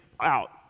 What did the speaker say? out